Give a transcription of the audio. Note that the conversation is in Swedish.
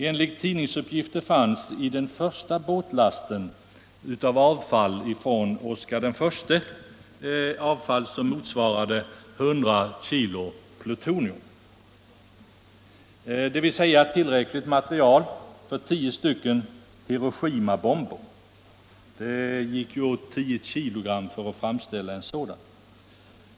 Enligt tidningsuppgifter fanns i den första båtlasten avfall från Oscar I som motsvarade 100 kg plutonium, dvs. tillräckligt material för tio stycken Hiroshimabomber. Det gick ju åt 10 kg för att framställa en sådan.